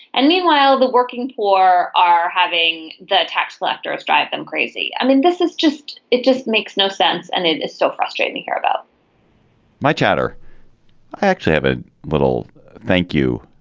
and meanwhile the working poor are having the tax collectors drive them crazy. i mean this is just it just makes no sense. and it is so frustrating to hear about my chatter i actually have a little thank you.